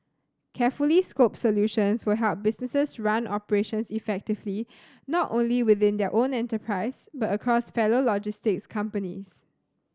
carefully scoped solutions will help businesses run operations effectively not only within their own enterprise but across fellow logistics companies